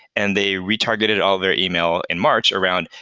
and they retargeted all their email in march around,